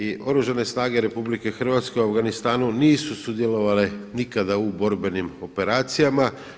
I Oružane snage RH u Afganistanu nisu sudjelovale nikada u borbenim operacijama.